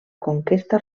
conquesta